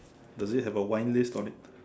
does it have a wine list on it